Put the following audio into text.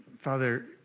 Father